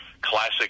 classic